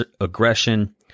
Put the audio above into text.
aggression